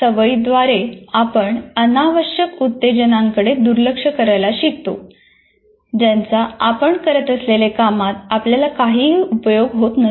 सवयीद्वारे आपण अनावश्यक उत्तेजनांकडे दुर्लक्ष करायला शिकतो ज्यांचा आपण करत असलेले कामात आपल्याला काही उपयोग होत नसतो